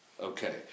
Okay